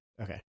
Okay